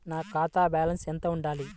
నా ఖాతా బ్యాలెన్స్ ఎంత ఉండాలి?